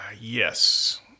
Yes